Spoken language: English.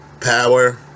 Power